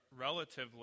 relatively